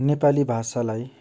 नेपाली भाषालाई